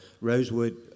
Rosewood